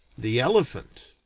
the elephant?